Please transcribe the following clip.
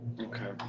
Okay